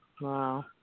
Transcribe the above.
Wow